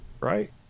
Right